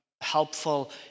helpful